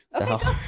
Okay